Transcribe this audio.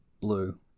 blue